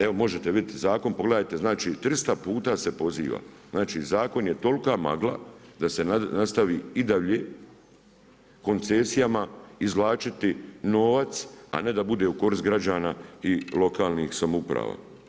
Evo možete vidjeti zakon, pogledajte, znači 300 puta se poziva, znači zakon je tolika magla, da se nastavi i dalje, koncesijama izvlačiti novac, a ne da bude u korist građana i lokalnih samouprava.